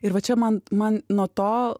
ir va čia man man nuo to